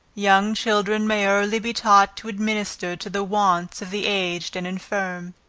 young children may early be taught to administer to the wants of the aged and infirm.